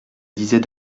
disait